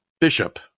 Bishop